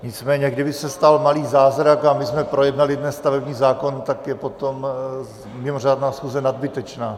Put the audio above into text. Nicméně kdyby se stal malý zázrak a my jsme projednali dnes stavební zákon, tak je potom mimořádná schůze nadbytečná.